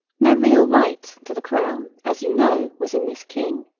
no real right to the crown, as you know, was in this king.